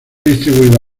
distribuido